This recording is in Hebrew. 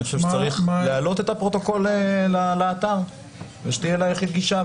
אני חושב שצריך להעלות את הפרוטוקול לאתר ושתהיה ליחיד גישה,